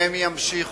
הם ימשיכו,